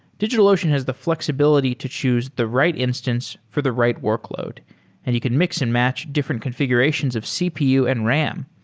digitalocean has the fl exibility to choose the right instance for the right workload and he could mix-and-match different confi gurations of cpu and ram.